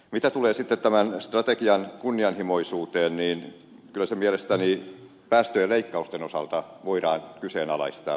mitä tulee tämän strategian kunnianhimoisuuteen niin kyllä se mielestäni päästöjen leikkausten osalta voidaan kyseenalaistaa